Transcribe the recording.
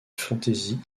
fantaisie